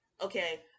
okay